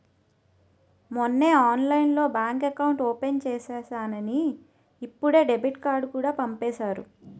మొన్నే ఆన్లైన్లోనే bank account open చేసేసానని ఇప్పుడే డెబిట్ కార్డుకూడా పంపేసారు